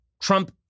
Trump